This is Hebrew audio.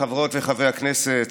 חברות וחברי הכנסת,